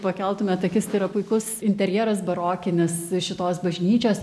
pakeltumėt akis tai yra puikus interjeras barokinės šitos bažnyčios